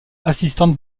assistante